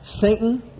Satan